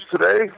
today